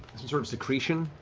some sort of secretion,